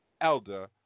elder